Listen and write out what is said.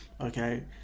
okay